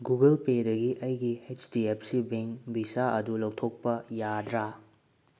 Google ꯄꯦꯗꯒꯤ ꯑꯩꯒꯤ H D F C bank ꯕꯤꯖꯥ ꯑꯗꯨ ꯂꯧꯊꯣꯛꯄ ꯌꯥꯗ꯭ꯔꯥ